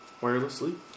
wirelessly